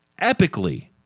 epically